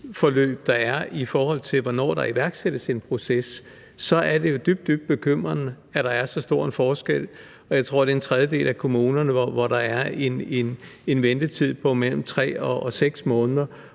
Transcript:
tidsforløb, der er, i forhold til hvornår der iværksættes en proces, er det jo dybt, dybt bekymrende, at der er så stor en forskel. Jeg tror, det er en tredjedel af kommunerne, hvor der er en ventetid på mellem 3 og 6 måneder,